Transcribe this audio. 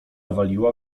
waliła